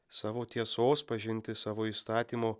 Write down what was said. savo tiesos pažinti savo įstatymo